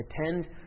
attend